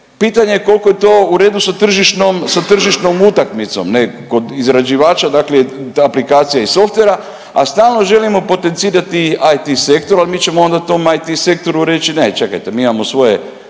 pitanje je koliko je to u redu sa tržišnom utakmicom. Ne? Kod izrađivača dakle, te aplikacije i softvera, a stalno želimo potencirati IT sektor. Ali mi ćemo onda tom IT sektoru reći ne čekajte, mi imamo svoje